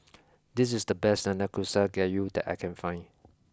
this is the best Nanakusa gayu that I can find